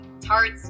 Tarts